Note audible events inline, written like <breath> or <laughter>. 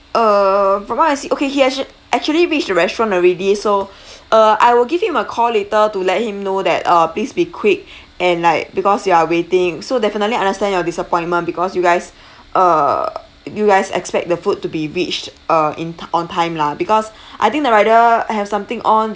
err from what I see okay he actu~ actually reached the restaurant already so <breath> uh I will give him a call later to let him know that uh please be quick <breath> and like because you are waiting so definitely understand your disappointment because you guys <breath> err you guys expect the food to be reached uh in t~ on time lah because <breath> I think the rider have something on